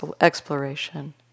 Exploration